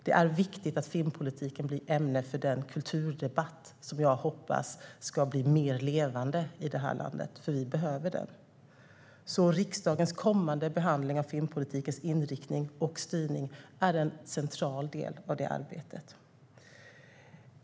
Det är viktigt att filmpolitiken blir ett ämne för den kulturdebatt som jag hoppas ska bli mer levande här i landet, för vi behöver den. Riksdagens kommande behandling av filmpolitikens inriktning och styrning är en central del av det arbetet.